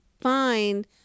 find